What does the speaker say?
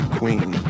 queen